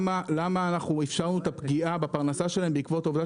למה אפשרנו את הפגיעה בפרנסה שלהם בעקבות העובדה